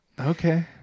Okay